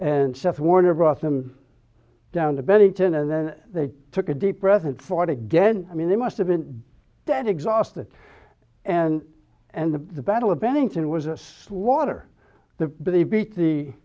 and self warner brought them down to bed eaten and then they took a deep breath and fought again i mean they must have been dead exhausted and and the battle of bennington was a slaughter the body beat the